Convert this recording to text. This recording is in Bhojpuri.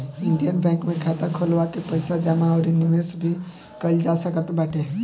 इंडियन बैंक में खाता खोलवा के पईसा जमा अउरी निवेश भी कईल जा सकत बाटे